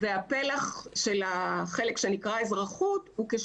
והפלח של החלק שנקרא אזרחות הוא בערך